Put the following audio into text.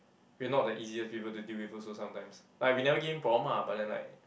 we not that easy people to deal with also sometimes like we never give him problem ah but then like